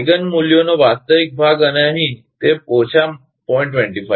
eigen મૂલ્યોનો વાસ્તવિક ભાગ અને અહીં તે ઓછા 0